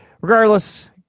Regardless